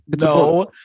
No